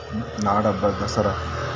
ಮತ್ತು ನಾಡ ಹಬ್ಬ ದಸರ